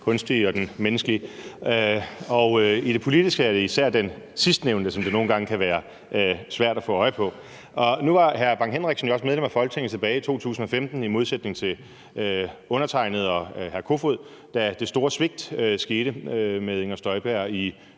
kunstige og den menneskelige. I det politiske er det især den sidstnævnte, som det nogle gange kan være svært at få øje på. Nu var hr. Preben Bang Henriksen jo også medlem af Folketinget tilbage i 2015 i modsætning til undertegnede og hr. Peter Kofod, da det store svigt skete med Inger Støjberg i